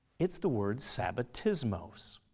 it's the word sabbatismos,